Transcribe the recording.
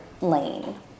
lane